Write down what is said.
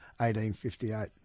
1858